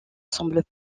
semble